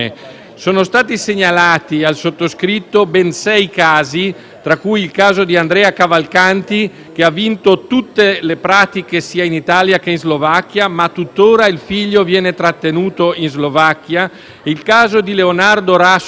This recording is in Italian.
Sono stati segnalati al sottoscritto ben sei casi, tra cui quello di Andrea Cavalcanti, che ha vinto tutte le pratiche - sia in Italia che in Slovacchia - ma il cui figlio viene ancora trattenuto in Slovacchia; il caso di Leonardo Rassu